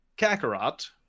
kakarot